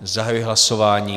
Zahajuji hlasování.